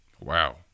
wow